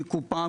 כקופה,